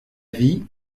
vie